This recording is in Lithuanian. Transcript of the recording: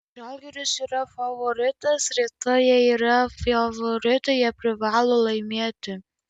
žalgiris yra favoritas rytoj jie yra favoritai jie privalo laimėti